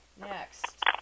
next